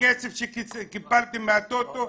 הכסף שקיבלתם מהטוטו,